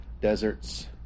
Deserts